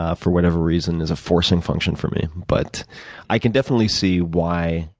ah for whatever reason, is a forcing function for me. but i can definitely see why,